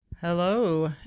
Hello